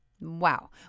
Wow